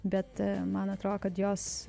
bet man atrodo kad jos